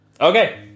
Okay